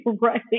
right